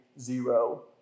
zero